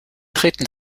treten